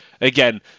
Again